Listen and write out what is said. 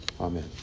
Amen